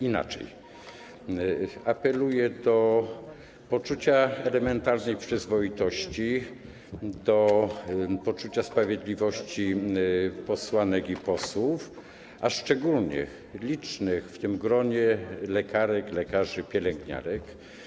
Inaczej, apeluję do elementarnego poczucia przyzwoitości, do poczucia sprawiedliwości posłanek i posłów, a szczególnie licznych w tym gronie lekarek, lekarzy, pielęgniarek.